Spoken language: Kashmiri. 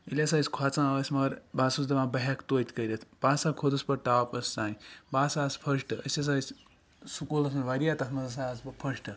ییٚلہِ ہَسہِ أسۍ کھوژان ٲسۍ مَگَر بہٕ ہسا اوسُس دَپان بہٕ ہیٚکہٕ توتہِ کٔرِتھ بہٕ ہَسا کھوٚتُس پَتہٕ ٹاپَس تام بہٕ ہَسا آس پھٔسٹ أسۍ ہَسا ٲسۍ سُکوٗلَس مَنٛز واریاہ تَتھ مَنٛز ہَسا آس بہٕ پھٔسٹ